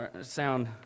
sound